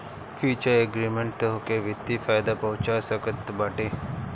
futures agreement तोहके वित्तीय फायदा पहुंचा सकत बाटे